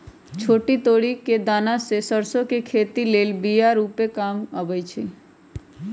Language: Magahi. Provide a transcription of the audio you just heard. छोट तोरि कें दना से सरसो के खेती लेल बिया रूपे काम अबइ छै